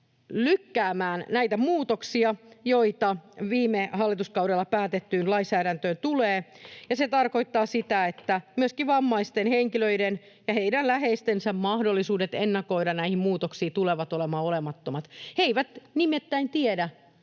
lykkäämään näitä muutoksia, joita viime hallituskaudella päätettyyn lainsäädäntöön tulee, ja se tarkoittaa sitä, että myöskin vammaisten henkilöiden ja heidän läheistensä mahdollisuudet ennakoida näitä muutoksia tulevat olemaan olemattomat. He eivät nimittäin tiedä,